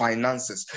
Finances